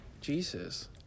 Jesus